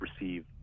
receive